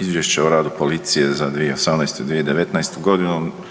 Izvješće o radu policije za 2018. i 2019. godinu